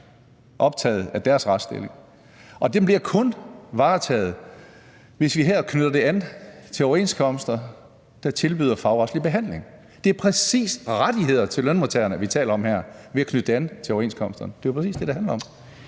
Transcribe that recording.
optaget af deres retsstilling, og den bliver kun varetaget, hvis vi her knytter det an til overenskomster, der tilbyder fagretslig behandling. Det er præcis rettigheder til lønmodtagerne, vi taler om her, nemlig ved at knytte det an til overenskomsterne. Det er jo præcis det, det handler om.